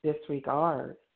disregard